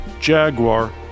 Jaguar